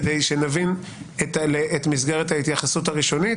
כדי שנבין את מסגרת ההתייחסות הראשונית,